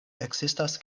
ekzistas